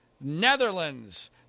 Netherlands